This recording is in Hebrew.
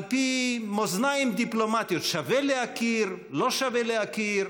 פי מאזניים דיפלומטיות: שווה להכיר או לא שווה להכיר?